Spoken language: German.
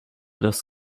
das